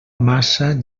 massa